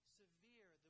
severe